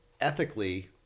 ethically